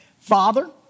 Father